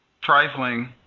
Trifling